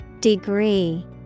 Degree